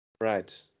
Right